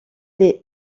les